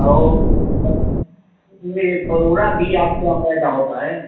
और मैं परोरा भी आपके यहाँ पैदा होता है